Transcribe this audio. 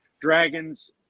dragons